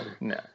No